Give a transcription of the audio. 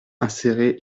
insérer